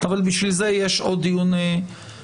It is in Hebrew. אבל בשביל זה יש עוד דיון בוועדה.